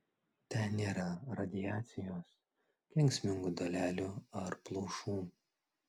ten nėra radiacijos kenksmingų dalelių ar plaušų